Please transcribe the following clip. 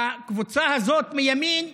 לקבוצה הזאת מימין,